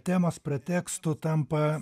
temos pretekstu tampa